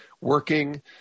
working